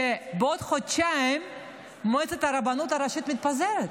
שבעוד חודשיים מועצת הרבנות הראשית מתפזרת.